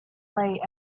play